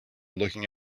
looking